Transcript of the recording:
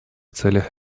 целях